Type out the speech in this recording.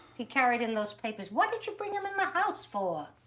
he carried in those papers. what did you bring em in the house for?